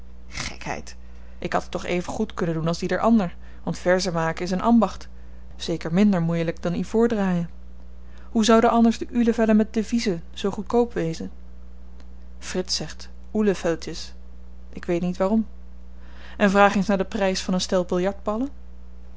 gekheid ik had dit toch even goed kunnen doen als ieder ander want verzenmaken is een ambacht zeker minder moeielyk dan ivoordraaien hoe zouden anders de ulevellen met deviezen zoo goedkoop wezen frits zegt uhlefeldjes ik weet niet waarom en vraag eens naar den prys van een stel